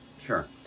sure